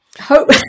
hope